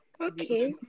okay